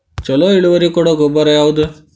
ಛಲೋ ಇಳುವರಿ ಕೊಡೊ ಗೊಬ್ಬರ ಯಾವ್ದ್?